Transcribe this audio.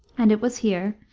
and it was here,